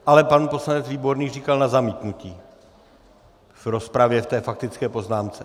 Ale pan poslanec Výborný říkal na zamítnutí v rozpravě, v té faktické poznámce.